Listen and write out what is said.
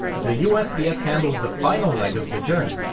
the usps handles the final leg of the journey,